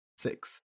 Six